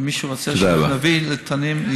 אם מישהו רוצה שנביא נתונים,